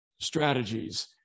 strategies